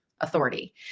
authority